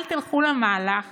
אל תלכו למהלך